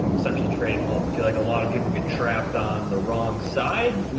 um essentially, trading halts. i feel like a lot of people get trapped on the wrong side, you